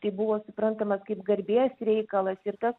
tai buvo suprantamas kaip garbės reikalas ir tas